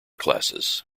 classes